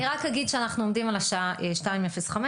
אני רק אגיד שאנחנו בשעה 14:05,